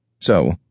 So